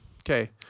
Okay